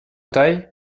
taille